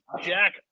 Jack